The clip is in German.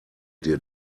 dir